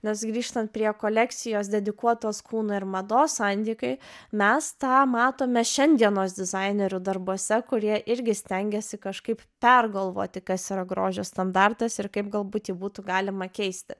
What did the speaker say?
nes grįžtant prie kolekcijos dedikuotos kūno ir mados sandrikai mes tą matome šiandienos dizainerių darbuose kurie irgi stengiasi kažkaip pergalvoti kas yra grožio standartas ir kaip galbūt būtų galima keisti